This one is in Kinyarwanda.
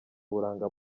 uburanga